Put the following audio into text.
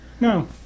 no